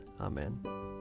Amen